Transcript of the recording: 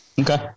Okay